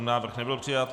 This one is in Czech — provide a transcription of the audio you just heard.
Návrh nebyl přijat.